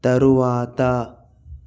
తరువాత